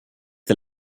der